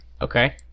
Okay